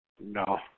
no